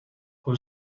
how